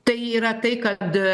tai yra tai kad